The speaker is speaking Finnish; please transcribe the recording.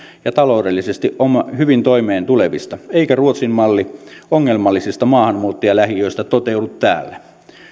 ja taloudellisesti hyvin toimeentulevista eikä ruotsin malli ongelmallisista maahanmuuttajalähiöistä toteudu täällä